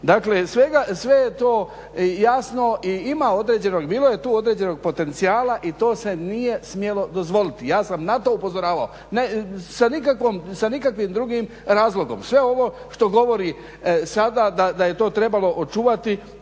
Dakle, sve je to jasno i ima određenog, bilo je tu određenog potencijala i to se nije smjelo dozvoliti, ja sam na to upozoravao. Sa nikakvim drugim razlogom, sve ovo što govori sada da je to trebalo očuvati